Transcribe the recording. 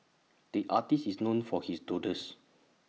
the artist is known for his doodles